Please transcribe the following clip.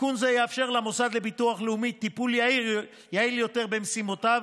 תיקון זה יאפשר למוסד לביטוח לאומי טיפול יעיל יותר במשימותיו